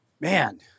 Man